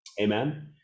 Amen